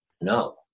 No